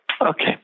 Okay